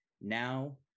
Now